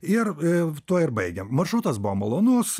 ir tuo ir baigėm maršrutas buvo malonus